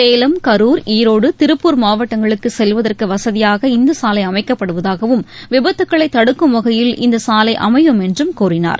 சேலம் கருர் ஈரோடு திருப்பூர் மாவட்டங்களுக்கு செல்வதற்கு வசதியாக இந்த சாலை அமைக்கப்படுவதாகவும் விபத்துக்களை தடுக்கும் வகையில் இந்த சாலை அமையும் என்றும் கூறினார்